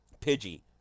Pidgey